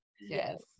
Yes